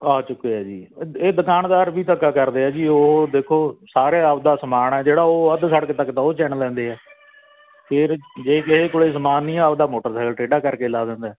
ਆ ਚੁੱਕੇ ਹੈ ਜੀ ਇਹ ਦੁਕਾਨਦਾਰ ਵੀ ਧੱਕਾ ਕਰਦੇ ਹੈ ਜੀ ਉਹ ਦੇਖੋ ਸਾਰੇ ਆਪਦਾ ਸਮਾਨ ਆ ਜਿਹੜਾ ਉਹ ਅੱਧ ਸੜਕ ਤੱਕ ਤਾਂ ਉਹ ਚਿਣ ਲੈਂਦੇ ਐ ਫੇਰ ਜੇ ਕਿਸੇ ਕੋਲ ਸਮਾਨ ਨਹੀਂ ਹੈ ਆਪਦਾ ਮੋਟਰਸਾਈਕਲ ਟੇਢਾ ਕਰਕੇ ਲਾ ਦਿੰਦਾ